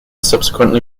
subsequently